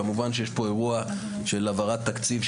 כמובן שיש פה אירוע של העברת תקציב,